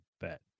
bet